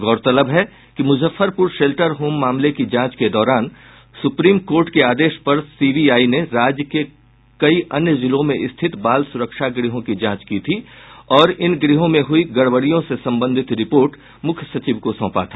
गौरतलब है कि मुजफ्फरपुर शेल्टर होम मामले की जांच के दौरान सुप्रीम कोर्ट के आदेश पर सीबीआई ने राज्य के कई अन्य जिलों में स्थित बाल सुरक्षा गृहों की जांच की थी और इन गृहों में हुई गड़बड़ियों से संबंधित रिपोर्ट मुख्य सचिव को सौंपा था